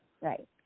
Right